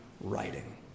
writing